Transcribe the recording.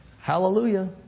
Hallelujah